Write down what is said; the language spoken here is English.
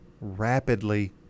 rapidly